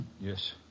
Yes